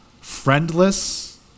friendless